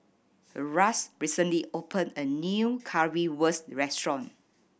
Ras recently opened a new Currywurst restaurant